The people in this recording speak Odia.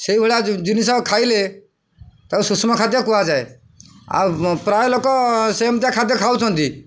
ସେଇଭଳିଆ ଜିନିଷ ଖାଇଲେ ତାକୁ ସୁଷମ ଖାଦ୍ୟ କୁହାଯାଏ ଆଉ ପ୍ରାୟ ଲୋକ ସେମିତିଆ ଖାଦ୍ୟ ଖାଉଛନ୍ତି